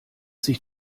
sich